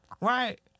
Right